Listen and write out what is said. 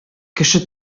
кеше